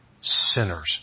sinners